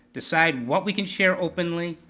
decide what we can share openly,